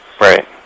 Right